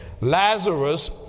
Lazarus